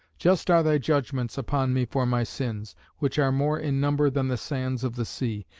just are thy judgements upon me for my sins, which are more in number than the sands of the sea,